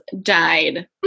died